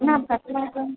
ma'am